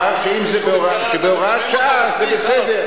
שבהוראת שעה זה בסדר.